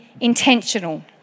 intentional